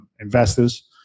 investors